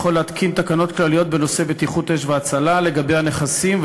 יוכל להתקין תקנות כלליות בנושא בטיחות אש והצלה לגבי הנכסים,